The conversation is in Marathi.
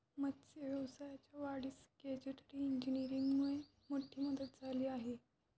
मत्स्य व्यवसायाच्या वाढीस गॅजेटरी इंजिनीअरिंगमुळे मोठी मदत झाली आहे